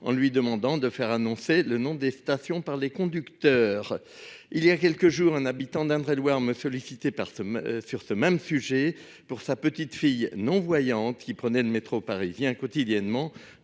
en lui demandant de faire annoncer le nom des stations par les conducteurs. Il y a quelques jours, un habitant d'Indre-et-Loire me sollicitait sur ce même sujet pour sa petite-fille, non-voyante, qui prend le métro parisien quotidiennement